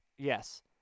Yes